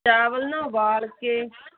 ਚਾਵਲ ਨਾ ਉਬਾਲ ਕੇ